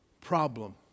problem